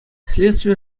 следстви